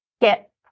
get